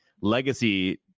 legacy